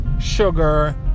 sugar